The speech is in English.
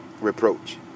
reproach